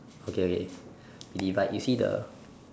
okay okay we divide you see the